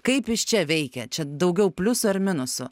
kaip jis čia veikia čia daugiau pliusų ar minusų